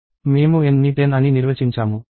మేము N ని 10 అని నిర్వచించాము